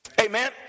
amen